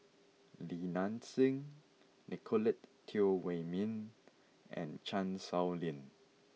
Li Nanxing Nicolette Teo Wei min and Chan Sow Lin